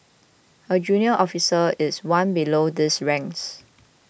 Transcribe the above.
a junior officer is one below these ranks